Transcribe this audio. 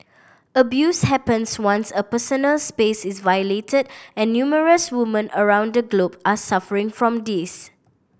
abuse happens once a personal space is violated and numerous women around the globe are suffering from this